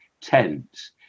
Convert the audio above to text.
tents